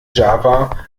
java